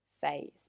phase